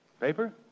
Paper